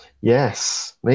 Yes